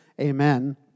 amen